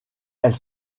elle